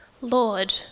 Lord